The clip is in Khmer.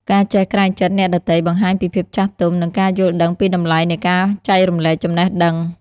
ការចេះក្រែងចិត្តអ្នកដទៃ បង្ហាញពីភាពចាស់ទុំ និងការយល់ដឹងពីតម្លៃនៃការចែករំលែកចំណេះដឹង។